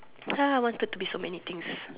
I wanted to be so many things